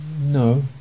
no